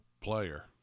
player